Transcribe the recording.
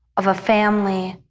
of a family,